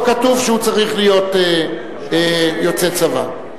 לא כתוב שהוא צריך להיות יוצא צבא.